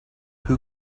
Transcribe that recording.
who